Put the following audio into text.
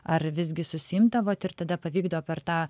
ar visgi susiimdavot ir tada pavykdavo per tą